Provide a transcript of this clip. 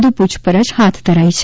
વધ્ પ્રછપરછ હાથ ધરાઈ છે